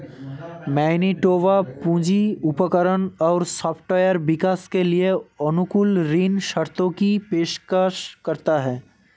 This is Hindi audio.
मैनिटोबा पूंजी उपकरण और सॉफ्टवेयर विकास के लिए अनुकूल ऋण शर्तों की पेशकश करता है